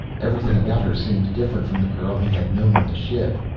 everything about her seemed different from the girl he had known on the ship.